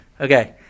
Okay